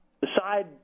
decide